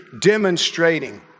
demonstrating